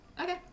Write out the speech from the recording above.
Okay